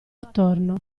attorno